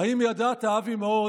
האם ידעת, אבי מעוז,